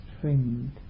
friend